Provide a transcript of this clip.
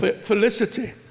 Felicity